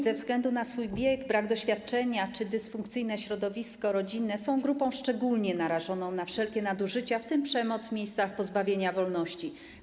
Ze względu na swój wiek, brak doświadczenia czy dysfunkcyjne środowisko rodzinne nieletni są grupą szczególnie narażoną na wszelkie nadużycia, w tym przemoc w miejscach pozbawienia wolności.